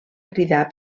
cridar